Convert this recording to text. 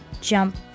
jump